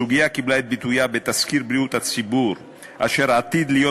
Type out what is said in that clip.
הסוגיה קיבלה את ביטויה בתזכיר בריאות הציבור אשר עתיד להיות